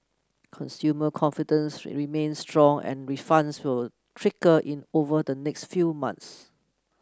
consumer confidence remains strong and refunds will trickle in over the next few months